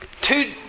two